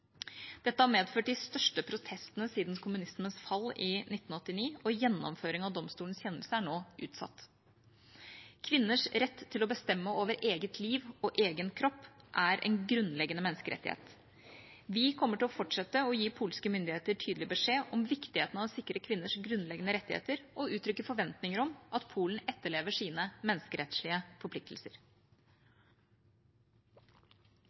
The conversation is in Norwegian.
Dette har medført de største protestene siden kommunismens fall i 1989, og gjennomføringen av domstolens kjennelse er nå utsatt. Kvinners rett til å bestemme over eget liv og egen kropp er en grunnleggende menneskerettighet. Vi kommer til å fortsette med å gi polske myndigheter en tydelig beskjed om viktigheten av å sikre kvinners grunnleggende rettigheter og uttrykke forventninger om at Polen etterlever sine menneskerettslige forpliktelser.